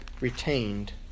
retained